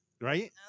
right